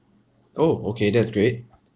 orh okay that's great